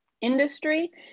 industry